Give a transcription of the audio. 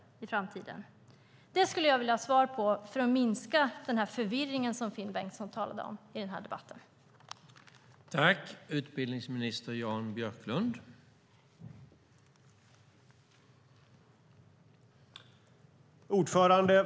Det skulle jag vilja ha svar på för att minska förvirringen i den här debatten som Finn Bengtsson talade om.